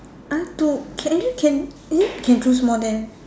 ah two can can eh can choose more than